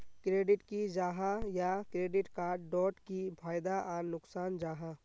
Credit की जाहा या क्रेडिट कार्ड डोट की फायदा आर नुकसान जाहा?